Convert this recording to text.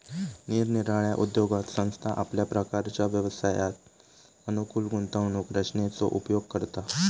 निरनिराळ्या उद्योगात संस्था आपल्या प्रकारच्या व्यवसायास अनुकूल गुंतवणूक रचनेचो उपयोग करता